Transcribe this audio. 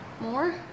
more